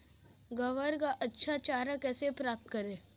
ग्वार का अच्छा चारा कैसे प्राप्त करें?